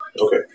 Okay